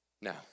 Now